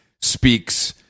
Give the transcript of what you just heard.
speaks